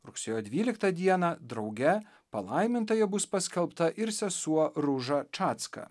rugsėjo dvyliktą dieną drauge palaimintąja bus paskelbta ir sesuo ruža čatska